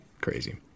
Crazy